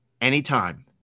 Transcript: anytime